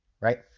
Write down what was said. Right